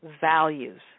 values